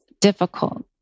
difficult